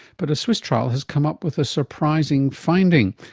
but a swiss trial has come up with a surprising finding.